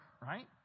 right